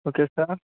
okay sir